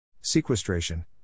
Sequestration